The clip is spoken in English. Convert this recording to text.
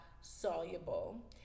soluble